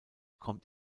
kommt